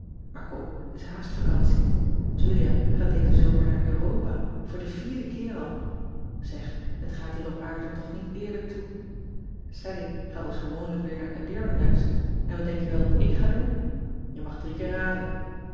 aar kom het is haast vacantie ulia gaat dezen zomer naar uropa voor de vierde keer al eg het gaat hier op aarde toch niet eerlijk toe allie gaat als gewoonlijk weer naar dirondacks en wat denk je wel dat ik ga doen e mag drie keer raden